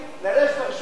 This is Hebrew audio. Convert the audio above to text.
ומקבלים את השירות,